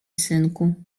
synku